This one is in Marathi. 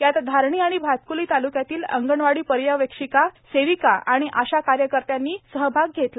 यात धारणी आणि भातक्ली तालुक्यातील अंगणवाडी पर्यवेक्षिका सेविका आणि आशा कार्यकर्त्यांनी सहभाग घेतला